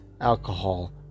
alcohol